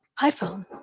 iPhone